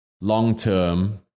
long-term